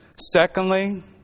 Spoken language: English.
Secondly